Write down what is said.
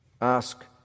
ask